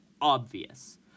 obvious